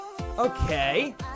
Okay